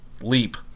leap